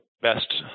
best